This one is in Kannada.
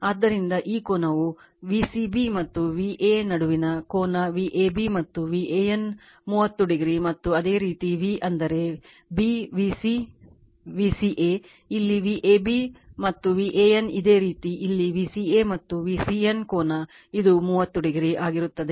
ಆದ್ದರಿಂದ ಈ ಕೋನವು V c b ಮತ್ತು ಈ V a ನಡುವಿನ ಕೋನ Vab ಮತ್ತು VAN ಮೂವತ್ತು o ಮತ್ತು ಅದೇ ರೀತಿ V ಅಂದರೆ b V c V c a ಇಲ್ಲಿ Vab ಮತ್ತು VAN ಇದೇ ರೀತಿ ಇಲ್ಲಿ V c a ಮತ್ತು VCN ಕೋನ ಇದು 30 o ಆಗಿರುತ್ತದೆ